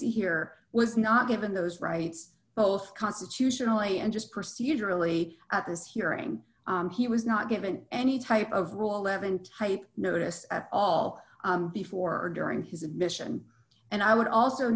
here was not given those rights both constitutionally and just procedurally at this hearing he was not given any type of rule eleven type notice at all before or during his admission and i would also